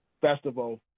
festival